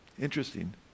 interesting